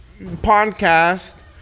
podcast